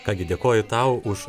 ką gi dėkoju tau už